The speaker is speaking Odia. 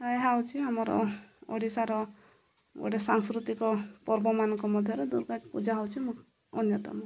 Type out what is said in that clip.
ଏହା ହେଉଛି ଆମର ଓଡ଼ିଶାର ଗୋଟେ ସାଂସ୍କୃତିକ ପର୍ବମାନଙ୍କ ମଧ୍ୟରେ ଦୁର୍ଗା ପୂଜା ହେଉଛି ମୁ ଅନ୍ୟତମ